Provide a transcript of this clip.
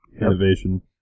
innovation